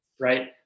right